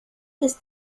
ist